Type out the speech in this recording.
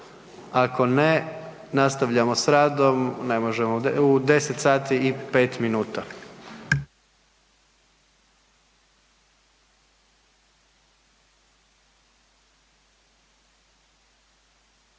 Ako ne nastavljamo s radom u 10 sati i 5 minuta.